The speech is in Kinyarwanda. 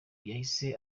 yahise